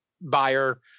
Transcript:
buyer